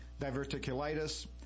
diverticulitis